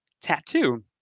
tattoo